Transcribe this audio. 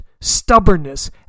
stubbornness